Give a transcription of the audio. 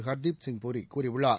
ஹர்தீப் பூரி கூறியுள்ளார்